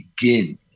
begin